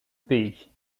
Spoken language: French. pays